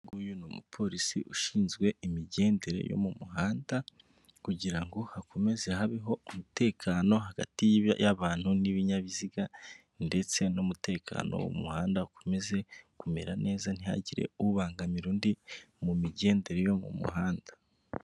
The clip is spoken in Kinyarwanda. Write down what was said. Uyu ni umupolisi ushinzwe imigendere yo mu muhanda kugirango hakomeze habeho umutekano hagati y'abantu n'ibinyabiziga, ndetse n'umutekano mu muhanda ukomeze kumera neza ntihagire ubangamira undi mu migendere yo mu muhanda.